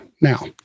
Now